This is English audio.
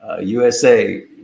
USA